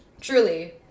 Truly